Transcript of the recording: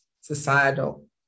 societal